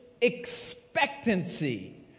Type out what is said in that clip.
expectancy